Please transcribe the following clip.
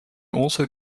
also